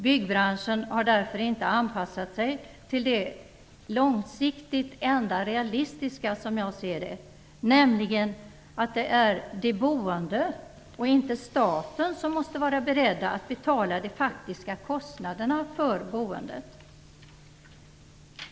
Byggbranschen har därför inte anpassat sig till det, som jag ser det, långsiktigt enda realistiska, nämligen att det är de boende, inte staten, som måste vara beredda att betala de faktiska kostnaderna för boendet.